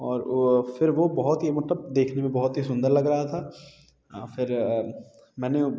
और वो फिर वो बहुत ही मतलब देखने में बहुत ही सुंदर लग रहा था फिर मैंने